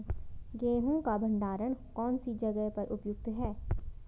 गेहूँ का भंडारण कौन सी जगह पर उपयुक्त है?